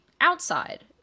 outside